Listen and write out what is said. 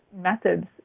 methods